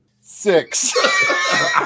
six